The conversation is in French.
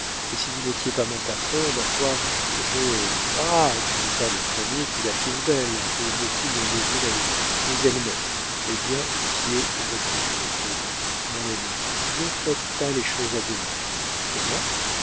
et si vous n'étiez pas mon patron ma foi je ah tu n'es pas le premier qui la trouve belle et beaucoup l'ont désirée mais elle m'aime eh bien du tillet reprit birotteau mon ami ne faites pas les choses à demi comment